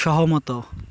ସହମତ